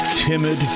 Timid